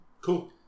Cool